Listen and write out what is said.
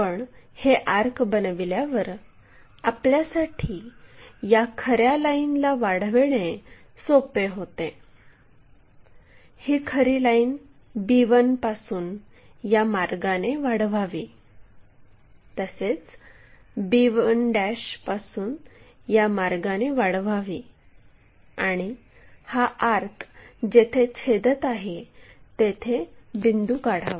आपण हे आर्क बनविल्यावर आपल्यासाठी या खऱ्या लाईनला वाढविणे सोपे होते ही खरी लाईन b1 पासून या मार्गाने वाढवावी तसेच b1 पासून या मार्गाने वाढवावी आणि हा आर्क जेथे छेदत आहे तेथे बिंदू काढावा